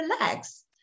relax